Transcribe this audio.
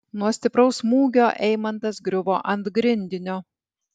nuo stipraus smūgio eimantas griuvo ant grindinio